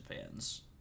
fans